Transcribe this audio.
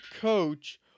coach